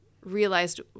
realized